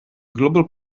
global